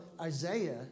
Isaiah